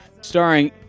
starring